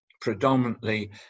predominantly